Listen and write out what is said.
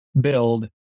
build